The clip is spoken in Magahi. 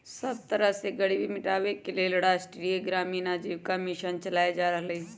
सब तरह से गरीबी मिटाबे के लेल राष्ट्रीय ग्रामीण आजीविका मिशन चलाएल जा रहलई ह